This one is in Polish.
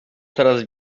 coraz